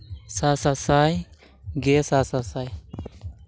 ᱥᱟᱼᱥᱟᱥᱟᱭ ᱜᱮᱥᱟᱼᱥᱟᱥᱟᱭ